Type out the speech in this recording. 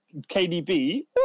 KDB